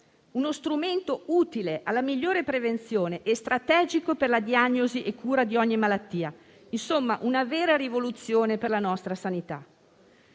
uno strumento utile alla migliore prevenzione e strategico per la diagnosi e cura di ogni malattia. Insomma, una vera rivoluzione per la nostra sanità.